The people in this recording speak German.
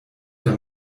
der